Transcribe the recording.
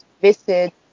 visit